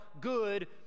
good